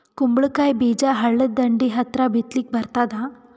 ಕುಂಬಳಕಾಯಿ ಬೀಜ ಹಳ್ಳದ ದಂಡಿ ಹತ್ರಾ ಬಿತ್ಲಿಕ ಬರತಾದ?